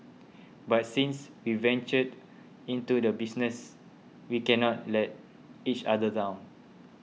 but since we ventured into this business we cannot let each other down